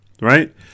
Right